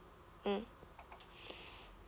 mm